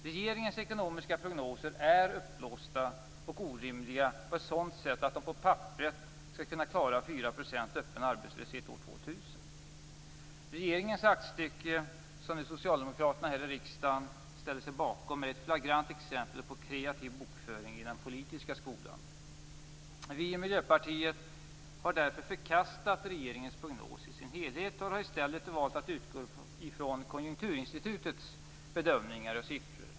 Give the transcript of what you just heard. Regeringens ekonomiska prognoser är uppblåsta och orimliga. Man skall på papperet kunna klara 4 % öppen arbetslöshet år 2000. Regeringens aktstycke, som socialdemokraterna här i riksdagen ställer sig bakom, är ett flagrant exempel på kreativ bokföring i den politiska skolan.